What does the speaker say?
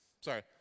sorry